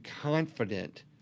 confident